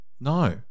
No